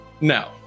Now